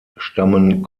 stammen